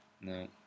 No